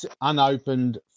unopened